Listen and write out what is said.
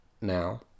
now